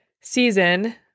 season